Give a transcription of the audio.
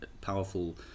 powerful